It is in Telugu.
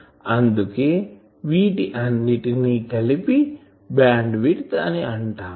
అందుకే వీటి అన్నిటిని కలిపి బ్యాండ్ విడ్త్ అని అంటాము